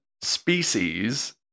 species